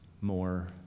more